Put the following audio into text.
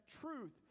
truth